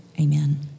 Amen